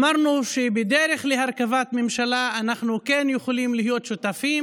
אמרנו שבדרך להרכבת ממשלה אנחנו כן יכולים להיות שותפים: